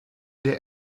der